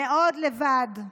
מאוד לבד,